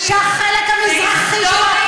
שהחלק המזרחי שלה,